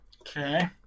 Okay